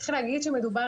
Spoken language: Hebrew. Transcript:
צריך להגיד שמדובר